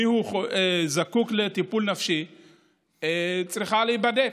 מי זקוק לטיפול נפשי צריכה להיבדק.